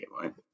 right